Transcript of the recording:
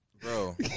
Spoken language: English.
Bro